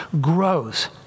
grows